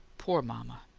poor mama!